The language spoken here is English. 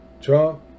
Trump